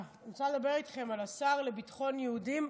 אני רוצה לדבר איתכם על השר לביטחון יהודים,